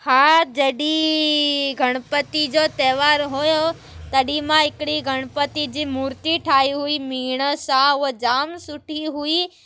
हा जॾहिं गणपति जो त्योहार हुओ तॾहिं मां हिकिड़ी गणपति जी मूर्ति ठाही हुई मीण सां उहा जाम सुठी हुई